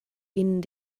ihnen